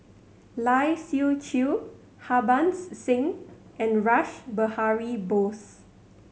Lai Siu Chiu Harbans Singh and Rash Behari Bose